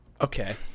Okay